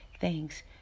thanks